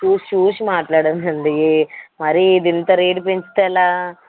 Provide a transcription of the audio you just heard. చూసి చూసి మాట్లాడండి మరి ఇది ఇంత రేటు పెంచితే ఎలా